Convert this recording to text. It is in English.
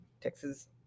Texas